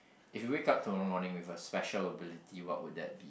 if wake up tomorrow morning with a special ability what would that be